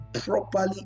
properly